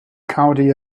county